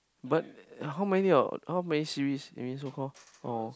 but how many or how many series maybe so call or